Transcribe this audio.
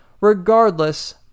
Regardless